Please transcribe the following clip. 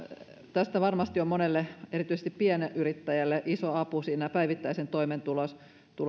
tästä varmasti on monelle erityisesti pienyrittäjille iso apu päivittäisen toimeentulon